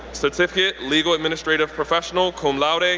certificate, legal administrative professional, cum laude, and